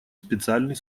специальный